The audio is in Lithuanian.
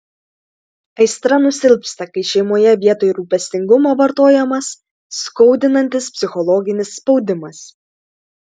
aistra nusilpsta kai šeimoje vietoj rūpestingumo vartojamas skaudinantis psichologinis spaudimas